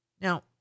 Now